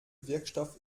wirkstoff